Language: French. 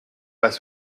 pas